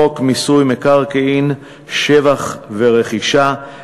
לחוק מיסוי מקרקעין (שבח ורכישה),